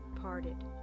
parted